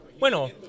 Bueno